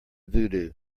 voodoo